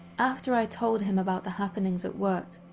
after i told him about the happenings at work,